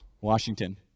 Washington